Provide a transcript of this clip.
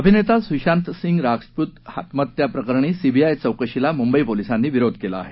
अभिनेता सूशांत सिंग राजपूत आत्महत्याप्रकरणी सीबीआय चौकशीला मुंबई पोलिसांनी विरोध केला आहे